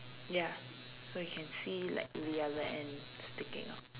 ya so you can see like the other end sticking out